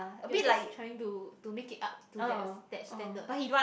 you're just trying to to make it up to that that standard